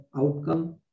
outcome